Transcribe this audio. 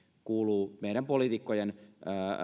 kuuluu meidän poliitikkojen